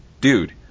dude